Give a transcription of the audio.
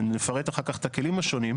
נפרט אחר כך את הכלים השונים,